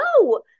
no